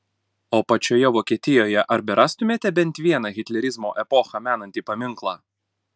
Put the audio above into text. o pačioje vokietijoje ar berastumėme bent vieną hitlerizmo epochą menantį paminklą